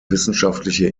wissenschaftliche